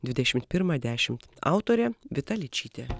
dvidešimt pirmą dešimt autorė vita ličytė